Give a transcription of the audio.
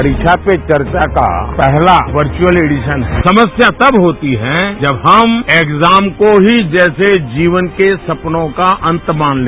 परीक्षा पे वर्चा का पहला कर्षुअल ऐडिशन समस्या तब होती है जब हम ऐग्जाम को ही जैसे जीवन के सपनों का अंत मान लें